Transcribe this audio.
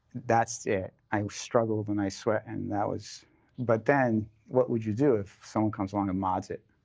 that's it. i struggled and i sweat and that was but then what would you do if someone comes along and mods it,